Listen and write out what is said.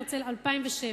במרס 2007,